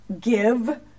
give